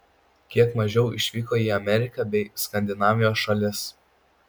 kiek mažiau išvyko į ameriką bei skandinavijos šalis